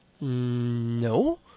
no